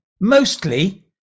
mostly